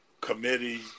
committee